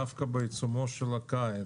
דווקא בעיצומו של הקיץ,